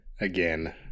again